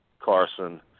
Carson